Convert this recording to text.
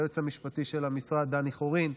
ליועץ המשפטי של המשרד דני חורין,